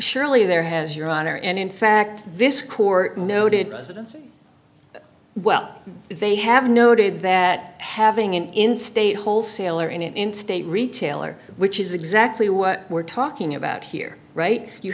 surely there has your honor and in fact this court noted residents well they have noted that having an in state wholesaler in in state retailer which is exactly what we're talking about here right you